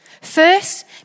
First